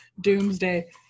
Doomsday